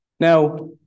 Now